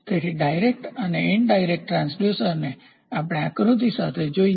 તેથી ડાયરેક્ટ અને ઇનડાયરેક્ટ ટ્રાન્સડ્યુસરને આપણે આકૃતિ સાથે જોઈએ